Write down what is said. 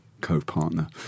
co-partner